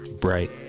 Bright